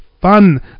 fun